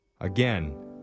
Again